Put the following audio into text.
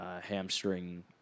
hamstring